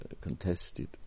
contested